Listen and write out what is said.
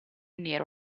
nero